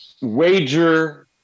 wager